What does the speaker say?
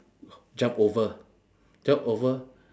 jump over jump over